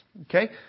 okay